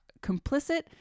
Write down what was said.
complicit